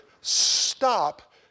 stop